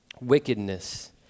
wickedness